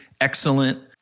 excellent